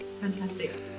Fantastic